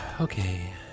Okay